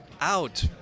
out